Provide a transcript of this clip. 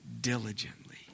diligently